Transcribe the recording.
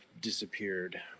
disappeared